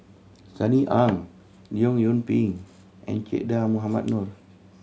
Sunny Ang Leong Yoon Pin and Che Dah Mohamed Noor